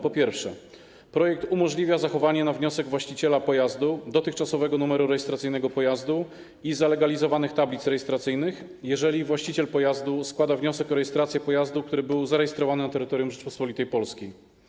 Po pierwsze, projekt umożliwia zachowanie na wniosek właściciela pojazdu dotychczasowego numeru rejestracyjnego pojazdu i zalegalizowanych tablic rejestracyjnych, jeżeli właściciel pojazdu składa wniosek o rejestrację pojazdu, który był zarejestrowany na terytorium Rzeczypospolitej Polskiej.